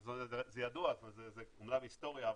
זה ידוע, זה אמנם היסטוריה,